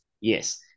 Yes